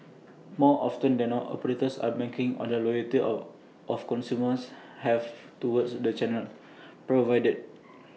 more often than not operators are making on the loyalty of consumers have towards the channels provided